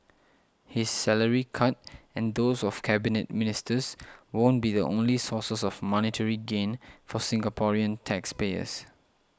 his salary cut and those of Cabinet Ministers won't be the only sources of monetary gain for Singaporean taxpayers